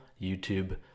YouTube